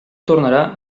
tornarà